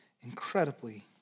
incredibly